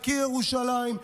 יקיר ירושלים,